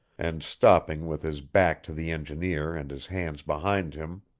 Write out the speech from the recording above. and stopping with his back to the engineer and his hands behind him.